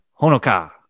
Honoka